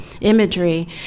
imagery